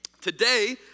Today